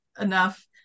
enough